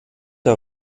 der